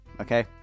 okay